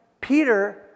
Peter